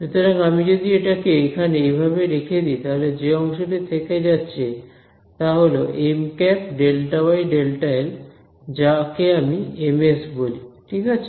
সুতরাং আমি যদি এটাকে এখানে এইভাবে রেখে দিই তাহলে যে অংশটি থেকে যাচ্ছে তা হল − Mˆ ΔyΔl যাকে আমি Ms বলি ঠিক আছে